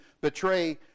betray